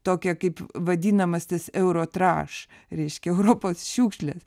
tokią kaip vadinamas tas euro traš reiškia europos šiukšlės